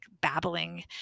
babbling